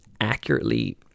accurately